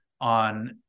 on